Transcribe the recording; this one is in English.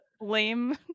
lame